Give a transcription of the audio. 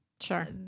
sure